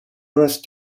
first